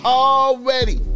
already